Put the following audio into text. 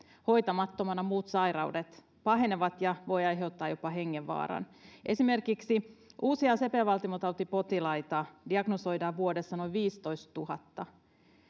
hoitamattomina muut sairaudet pahenevat ja voivat aiheuttaa jopa hengenvaaran esimerkiksi uusia sepelvaltimotautipotilaita diagnosoidaan vuodessa noin viisitoistatuhatta